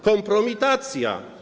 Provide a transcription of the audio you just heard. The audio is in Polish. Kompromitacja.